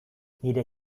nire